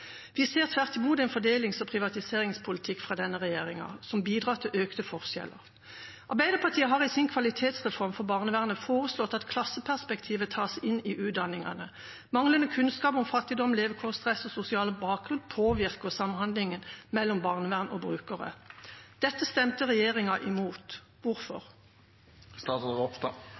Vi ser tvert imot en fordelings- og privatiseringspolitikk fra denne regjeringa som bidrar til økte forskjeller. Arbeiderpartiet har i sin kvalitetsreform for barnevernet foreslått at klasseperspektivet tas inn i utdanningene. Manglende kunnskap om fattigdom, levekårsstress og sosial bakgrunn påvirker samhandlingen mellom barnevern og brukere. Dette stemte regjeringa imot. Hvorfor?